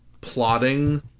plotting